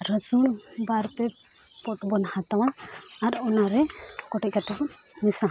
ᱨᱟᱹᱥᱩᱱ ᱵᱟᱨᱼᱯᱮ ᱯᱚᱴ ᱵᱚᱱ ᱦᱟᱛᱟᱣᱟ ᱟᱨ ᱚᱱᱟᱨᱮ ᱠᱚᱴᱮᱡ ᱠᱟᱛᱮᱫ ᱵᱚᱱ ᱢᱮᱥᱟᱦᱟᱜᱼᱟ